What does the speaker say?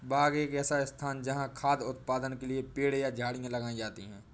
बाग एक ऐसा स्थान है जहाँ खाद्य उत्पादन के लिए पेड़ या झाड़ियाँ लगाई जाती हैं